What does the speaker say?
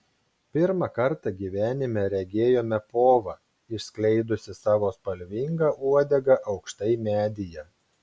pirmą kartą gyvenime regėjome povą išskleidusį savo spalvingą uodegą aukštai medyje